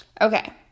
Okay